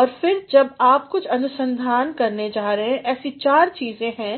और फिर जब आप कुछ अनुसंधान करने जा रहे हैं ऐसे चार चीज़ें हैं